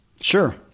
Sure